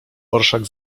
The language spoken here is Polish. orszak